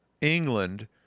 England